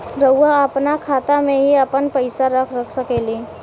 रउआ आपना खाता में ही आपन पईसा रख सकेनी